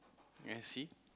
ya see